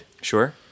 Sure